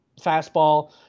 fastball